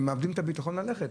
הם מאבדים את הביטחון ללכת.